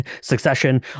succession